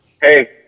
Hey